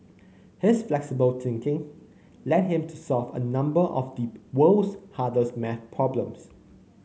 his flexible thinking led him to solve a number of the world's hardest maths problems